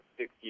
six